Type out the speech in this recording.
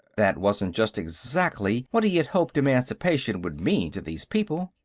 that wasn't just exactly what he had hoped emancipation would mean to these people.